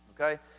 Okay